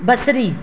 ॿसरी